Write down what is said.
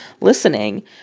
listening